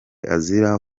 azira